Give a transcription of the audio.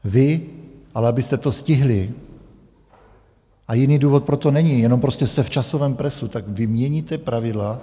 Vy ale, abyste to stihli, a jiný důvod pro to není, jenom prostě jste v časovém presu, tak vy měníte pravidla.